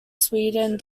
sweden